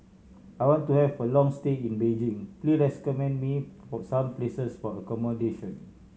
I want to have a long stay in Beijing please recommend me some places for accommodation